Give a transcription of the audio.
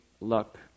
luck